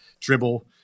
dribble